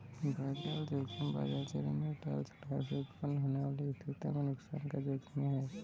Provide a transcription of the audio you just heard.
बाजार ज़ोखिम बाजार चरों में उतार चढ़ाव से उत्पन्न होने वाली स्थिति में नुकसान का जोखिम है